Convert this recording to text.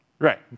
Right